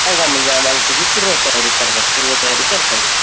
सांगा म्हणजे आम्हाला तिची पूर्व तयारी करतात पूर्व तयारी करता येईल